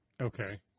okay